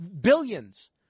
Billions